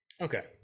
okay